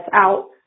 out